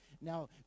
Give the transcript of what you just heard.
Now